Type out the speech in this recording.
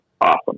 awesome